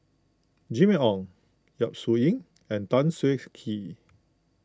Jimmy Ong Yap Su Yin and Tan Siah Kwee